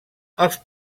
els